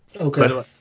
Okay